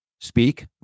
speak